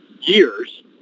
years